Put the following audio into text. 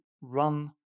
run